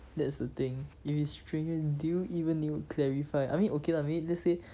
that's the thing if it's strangers do you even need to clarify I mean okay lah maybe let's say